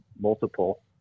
multiple